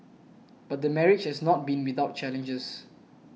but the marriage has not been without challenges